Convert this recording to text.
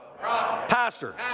pastor